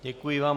Děkuji vám.